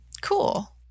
cool